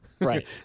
Right